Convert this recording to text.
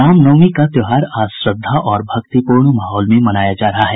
रामनवमी का त्योहार आज श्रद्धा और भक्तिपूर्ण माहौल में मनाया जा रहा है